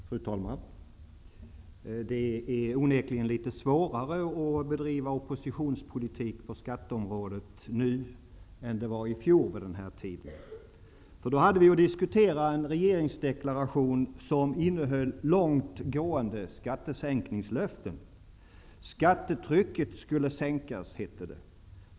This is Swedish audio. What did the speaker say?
Fru talman! Det är onekligen litet svårare att bedriva oppositionspolitik på skatteområdet nu än det var i fjol vid den här tiden. Då hade vi att diskutera en regeringsdeklaration som innehöll långt gående skattesänkningslöften. Skattetrycket skulle sänkas, hette det.